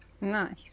Nice